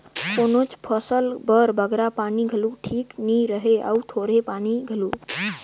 कोनोच फसिल बर बगरा पानी घलो ठीक नी रहें अउ थोरहें पानी घलो